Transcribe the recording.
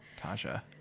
Tasha